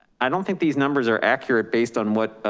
i don't think these numbers are accurate based on what,